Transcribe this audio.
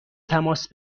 تماس